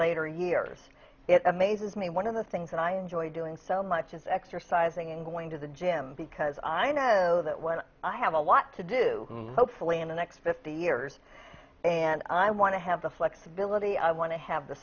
later years it amazes me one of the things and i enjoy doing so much is exercising and going to the gym because i know that when i have a lot to do hopefully in the next fifty years and i want to have the flexibility i want to have the